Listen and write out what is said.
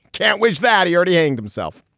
can't wish that he already hanged himself.